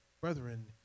Brethren